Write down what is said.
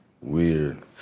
Weird